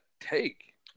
take